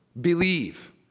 believe